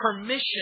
permission